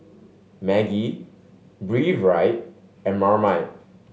Maggi Breathe Right and Marmite